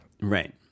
right